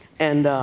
and